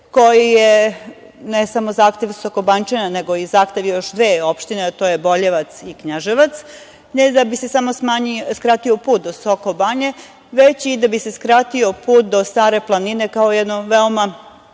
koji je ne samo zahtev Sokobanjčana, nego i zahtev još dve opštine, a to je Boljevac i Knjaževac, ne da bi se samo skratio put do Sokobanje, već i da bi se skratio put do Stare planine, kao jedne veoma